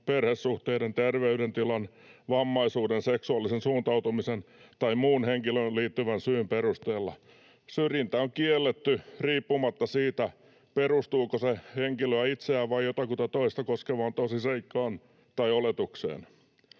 perhesuhteiden, terveydentilan, vammaisuuden, seksuaalisen suuntautumisen tai muun henkilöön liittyvän syyn perusteella. Syrjintä on kielletty riippumatta siitä, perustuuko se henkilöä itseään vai jotakuta toista koskevaan tosiseikkaan tai oletukseen.